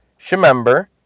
Shemember